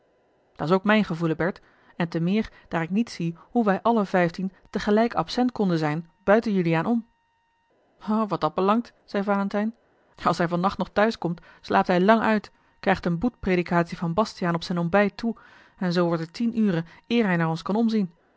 houden dat's ook mijn gevoelen berd en te meer daar ik niet zie hoe wij alle vijftien tegelijk absent konden zijn buiten juliaan om o wat dat belangt zeî valentijn als hij van nacht nog thuis komt slaapt hij lang uit krijgt eene boetpredicatie van bastiaan op zijn ontbijt toe en zoo wordt het tien uur eer hij naar ons kan omzien